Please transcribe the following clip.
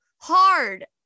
hard